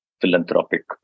philanthropic